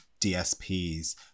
DSP's